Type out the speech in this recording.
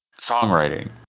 songwriting